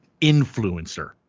influencer